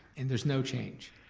and there's no change.